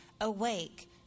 Awake